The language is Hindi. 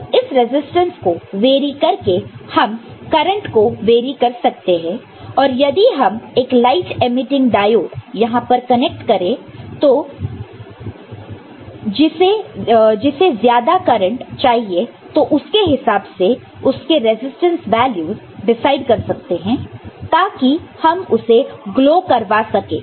अब इस रेजिस्टेंस को वेरी करके हम करंट को वेरी कर सकते हैं और यदि हम एक लाइट एमिटिंग डायोड यहां पर कनेक्ट करते हैं जिसे ज्यादा करंट चाहिए तोउसके हिसाब से उसके रेजिस्टेंस वैल्यूस डिसाइड कर सकते हैं ताकि हम उसे ग्लो करवा सके